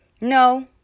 No